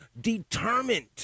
Determined